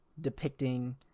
depicting